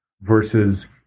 versus